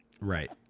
Right